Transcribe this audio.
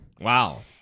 Wow